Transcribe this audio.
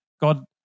God